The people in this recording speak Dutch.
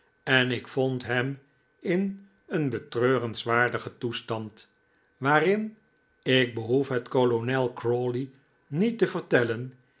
en ik vond hem in een betreurenswaardigen toestand waarin ik behoef het kolonel crawley niet te vertellen